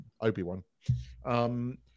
Obi-Wan